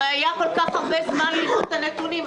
הרי היה הרבה זמן למוד את הנתונים,